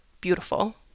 beautiful